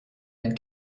and